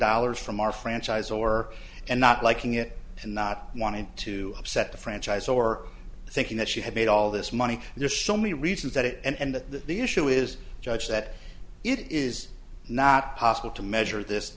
dollars from our franchise or and not liking it and not wanting to upset the franchise or thinking that she had made all this money there are so many reasons that it and that the issue is judge that it is not possible to measure this